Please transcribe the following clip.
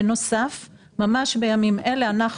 ממש בימים אלה אנחנו,